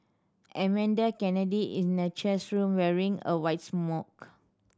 Amanda Kennedy is cheese room wearing a white smock